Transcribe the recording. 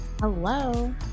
Hello